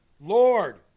Lord